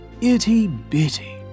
itty-bitty